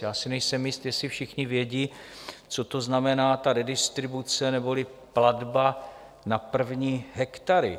Já si nejsem jist, jestli všichni vědí, co to znamená ta redistribuce neboli platba na první hektary.